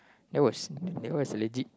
that was that was legit